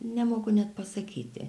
nemoku net pasakyti